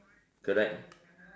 correct